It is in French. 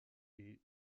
est